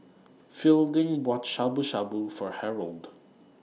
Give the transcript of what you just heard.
Fielding bought Shabu Shabu For Harold